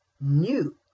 new